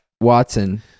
watson